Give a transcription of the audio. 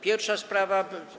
Pierwsza sprawa.